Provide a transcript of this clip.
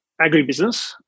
agribusiness